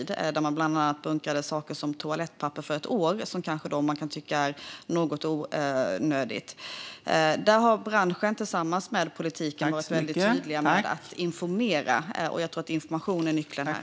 Det bunkrades bland annat saker som toalettpapper för ett år, vilket kanske kan tyckas vara onödigt. Där har branschen tillsammans med politiken varit tydliga och informerat. Jag tror att information är nyckeln här.